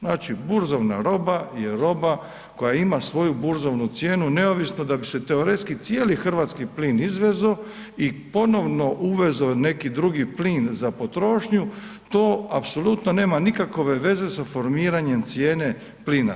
Znači burzovna roba je roba koja ima svoju burzovnu cijenu neovisno da bi se teoretski cijeli hrvatski plin izvezo i ponovno uvezo neki drugi plin za potrošnju, to apsolutno nema nikakve veze sa formiranjem cijene plina.